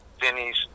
Vinny's